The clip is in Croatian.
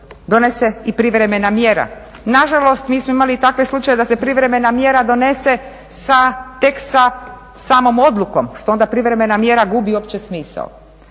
donese i privremena mjera. Nažalost, mi smo imali i takve slučajeve da se privremena mjera donese tek sa samom odlukom što onda privremena mjera gubi uopće smisao.